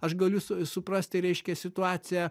aš galiu suprasti reiškia situaciją